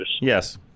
Yes